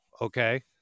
okay